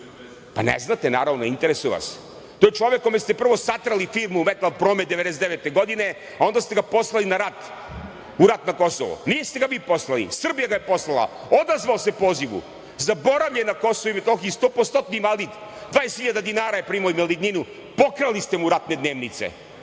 Pa, ne znate, naravno, ne interesuje vas. To je čovek kome ste prvo satrli firmu „Metal promet“ 1999. godine, a onda ste ga poslali u rat na Kosovo. Niste ga vi poslali, Srbija ga je poslala. Odazvao se pozivu. Zaboravljen na Kosovu i Metohiji, stopostotni invalid, 20 hiljada dinara je primao ivalidninu. Pokrali ste mu ratne dnevnice. Znate